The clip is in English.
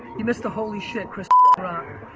you missed the holy shit chris rock.